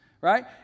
Right